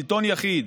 שלטון יחיד.